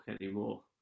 anymore